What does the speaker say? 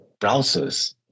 browsers